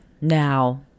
now